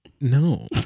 No